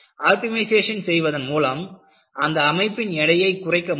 optimisation செய்வதன் மூலம் அந்த அமைப்பின் எடையை குறைக்க முடியும்